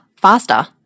faster